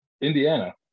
Indiana